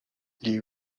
les